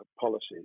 policies